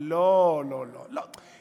לא, לא, לא.